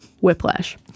Whiplash